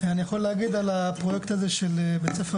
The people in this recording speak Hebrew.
אני יכול להגיד על הפרויקט הזה של בית ספר